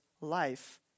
life